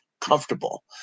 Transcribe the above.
comfortable